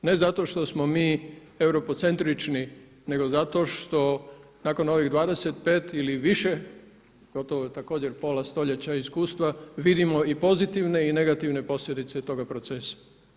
Ne zato što smo mi europocentrični, nego zato što nakon ovih 25 ili više, gotovo također pola stoljeća iskustva vidimo i pozitivne i negativne posljedice toga procesa.